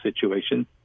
situation